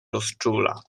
rozczula